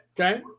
Okay